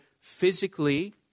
physically